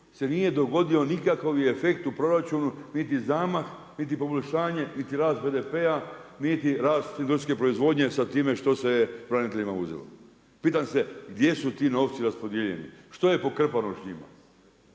se nije dogodio nikakav efekt u proračunu niti zamah niti poboljšanje niti rast BDP-a niti rast industrijske proizvodnje sa time što se je braniteljima uzelo. Pitam se gdje su ti novci raspodijeljeni? Što je pokrpano s njima?